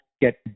get